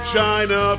China